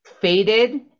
faded